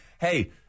hey